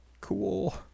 cool